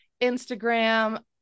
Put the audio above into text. Instagram